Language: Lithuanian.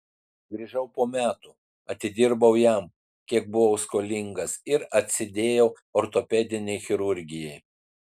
grįžau po metų atidirbau jam kiek buvau skolingas ir atsidėjau ortopedinei chirurgijai